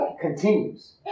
continues